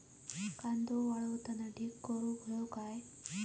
कांदो वाळवताना ढीग करून हवो काय?